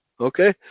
Okay